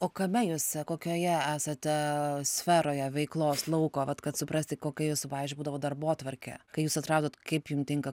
o kame jūs kokioje esate sferoje veiklos lauko vat kad suprasti kokia jūsų pavyzdžiui būdavo darbotvarkė kai jūs atradot kaip jum tinka